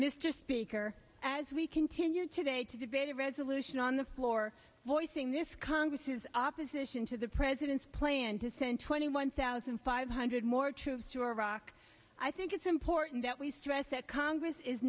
mr speaker as we continue today to debate a resolution on the floor voicing this congress his opposition to the president's plan to send twenty one thousand five hundred more troops to iraq i think it's important that we stress that congress is